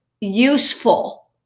useful